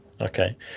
okay